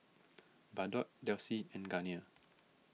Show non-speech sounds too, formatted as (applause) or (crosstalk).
(noise) Bardot Delsey and Garnier